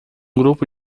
grupo